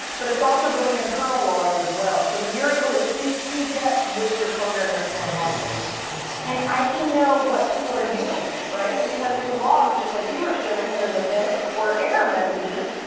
but it's also doing internal logs as well, so that you're able to keep in-depth with your program that's going on. look at all this good stuff. and i can know what people are doing, right? because your logs, just like you were showing, when there's events or error messages,